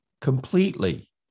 completely